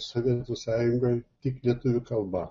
sovietų sąjungoj tik lietuvių kalba